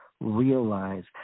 realize